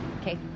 Okay